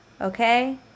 Okay